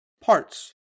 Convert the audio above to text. parts